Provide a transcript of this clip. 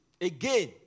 again